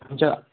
तुमच्या